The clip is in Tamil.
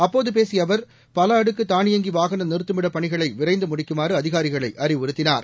அப்போது பேசிய அவர் பல அடுக்கு தானியங்கி வாகன நிறுத்துமிடப் பணிகளை விரைந்து முடிக்குமாறு அதிகாரிகளை அறிவுறுத்தினார்